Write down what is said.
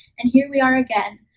and here we are again,